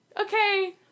Okay